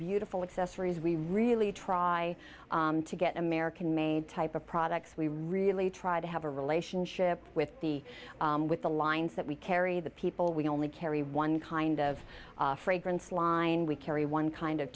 accessories we really try to get american made type of products we really try to have a relationship with the with the lines that we carry the people we only carry one kind of fragrance line we carry one kind of